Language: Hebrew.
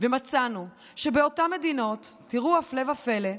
ומצאנו שבאותן מדינות, תראו, הפלא ופלא,